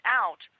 out